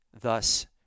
thus